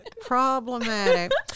Problematic